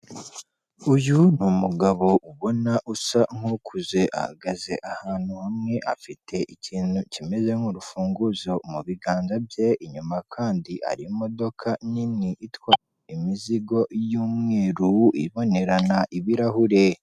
Uyu ni umugabo ubona usa nk'ukuze ahagaze ahantu hamwe afite ikintu kimeze nk'urufunguzo mu biganza bye, inyuma kandi hari imodoka nini itwara imizigo y'umweru ibonerana ibirahure.